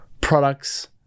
products